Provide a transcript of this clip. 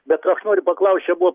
bet aš noriu paklaust čia buvo